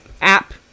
App